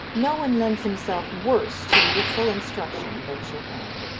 no one lends himself worse to youthful instruction than chopin.